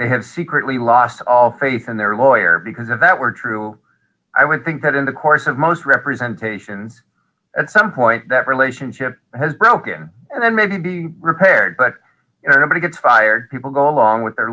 they have secretly lost all faith in their lawyer because of that were true i went think that in the course of most representation at some point that relationship has broken and then maybe be repaired but nobody gets fired people go along with their